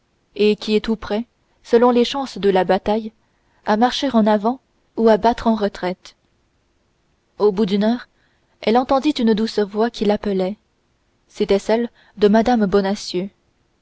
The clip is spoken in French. et qui est tout près selon les chances de la bataille à marcher en avant ou à battre en retraite au bout d'une heure elle entendit une douce voix qui l'appelait c'était celle de mme bonacieux